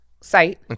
site